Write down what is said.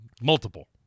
Multiple